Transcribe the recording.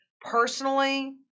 Personally